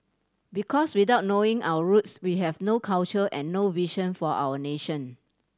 because without knowing our roots we have no culture and no vision for our nation